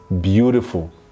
beautiful